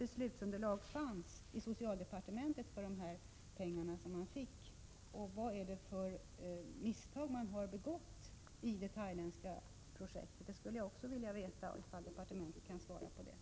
Vilket underlag fanns inom socialdepartementet när man beviljade stiftelsen pengarna? Vad är det för misstag man har begått i det thailändska projektet? Jag skulle vilja ha svar även på de frågorna.